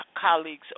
colleagues